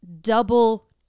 double